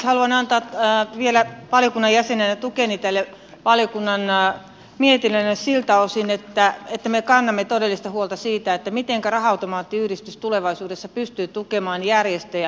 haluan antaa vielä valiokunnan jäsenenä tukeni tälle valiokunnan mietinnölle siltä osin että me kannamme todellista huolta siitä miten raha automaattiyhdistys tulevaisuudessa pystyy tukemaan järjestöjä